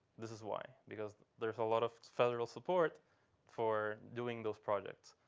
this is why, because there's a lot of federal support for doing those projects.